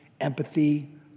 empathy